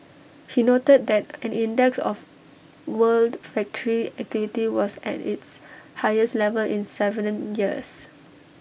he noted that an index of world factory activity was at its highest level in Seven years